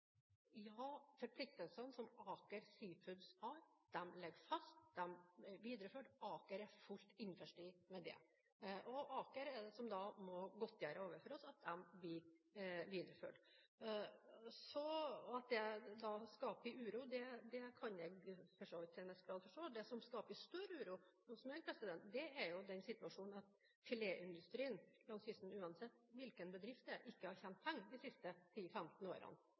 Aker er det som må godtgjøre overfor oss at de blir videreført. At det skaper uro, kan jeg for så vidt til en viss grad forstå. Det som skaper større uro hos meg, er den situasjonen at filetindustrien langs kysten, uansett hvilken bedrift det er, ikke har tjent penger de siste 10–15 årene.